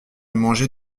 manger